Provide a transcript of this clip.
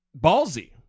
ballsy